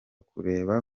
kureba